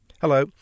Hello